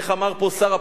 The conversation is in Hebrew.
איך אמר פה שר הפנים?